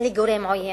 לגורם עוין?